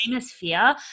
fear